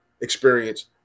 experience